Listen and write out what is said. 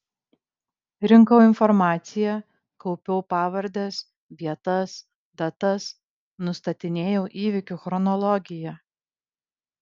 rinkau informaciją kaupiau pavardes vietas datas nustatinėjau įvykių chronologiją